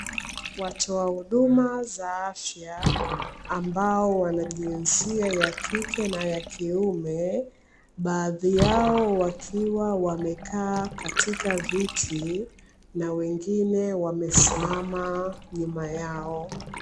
Watoa huduma za afya ambao wana jinsia ya kike na ya kiume, baadhi yao wakiwa wamekaa katika viti na wengine wamesimama nyuma yao.